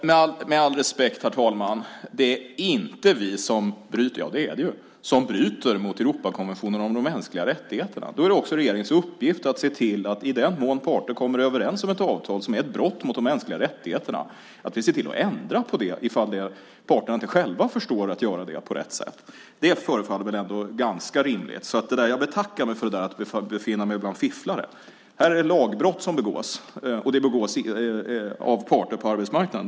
Herr talman! Med all respekt: Det är faktiskt Sverige som bryter mot Europakonventionen om de mänskliga rättigheterna. Då är det också regeringens uppgift att, i den mån parter kommer överens om ett avtal som innebär ett brott mot de mänskliga rättigheterna, se till att ändra på det ifall parterna inte själva förstår att göra det på rätt sätt. Det förefaller väl ändå ganska rimligt. Jag betackar mig för talet om att befinna mig bland fifflare. Här begås lagbrott, och det begås av parter på arbetsmarknaden.